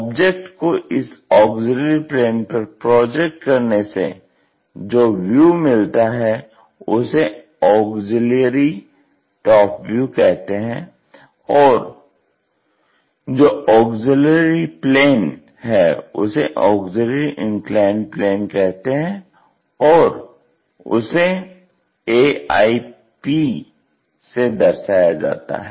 object को इस auxiliary plane पर प्रोजेक्ट करने से जो व्यू मिलता है उसे ऑग्ज़िल्यरी टॉप व्यू कहते हैं और जो ऑग्ज़िल्यरी प्लेन है उसे ऑग्ज़िल्यरी इन्क्लाइन्ड प्लेन कहते हैं और उसे AIP से दर्शाया जाता है